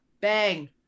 bang